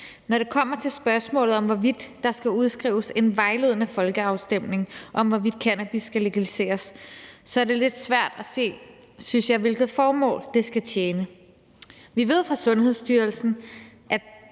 Når det kommer til spørgsmålet om, hvorvidt der skal udskrives en vejledende folkeafstemning om, hvorvidt cannabis skal legaliseres, er det lidt svært at se, synes jeg, hvilket formål det skal tjene. Vi ved fra Sundhedsstyrelsens